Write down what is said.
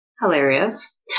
hilarious